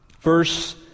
verse